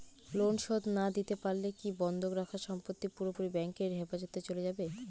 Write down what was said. Loan শোধ না দিতে পারলে কি বন্ধক রাখা সম্পত্তি পুরোপুরি ব্যাংকের হেফাজতে চলে যাবে?